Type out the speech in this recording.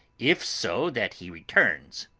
if so that he return.